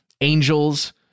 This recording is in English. Angels